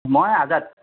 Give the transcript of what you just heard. মই আজাদ